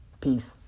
Peace